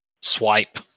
swipe